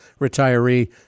retiree